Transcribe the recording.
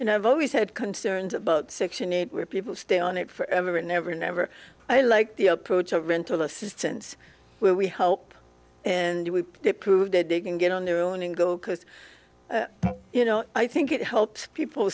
and i've always had concerns about section eight where people stay on it forever and never never i like the approach a rental assistance where we hope and we did prove that they can get on their own and go because you know i think it helps people